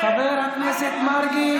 חבר הכנסת מרגי.